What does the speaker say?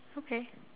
okay